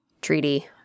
Treaty